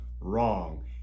wrong